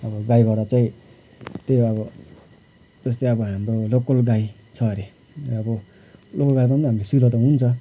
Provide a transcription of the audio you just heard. अब गाईबाट चाहिँ त्यो अब त्यस्तै अब हाम्रो लोकल गाई छ अरे अब लोकल गाईको पनि हाम्रो त हुन्छ